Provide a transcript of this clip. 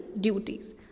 duties